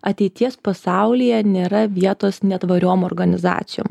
ateities pasaulyje nėra vietos netvariom organizacijom